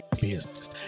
business